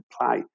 apply